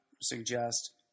suggest